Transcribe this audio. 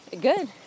good